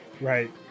Right